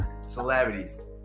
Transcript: Celebrities